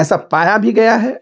ऐसा पाया भी गया है